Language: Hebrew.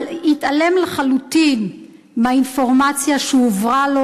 התעלם לחלוטין מהאינפורמציה שהועברה לו על